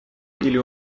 или